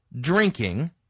drinking